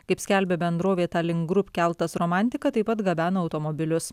kaip skelbia bendrovė tallink grupp keltas romantika taip pat gabeno automobilius